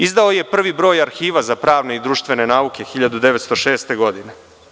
Izdao je prvi broj arhiva za pravne i društvene nauke 1906. godine.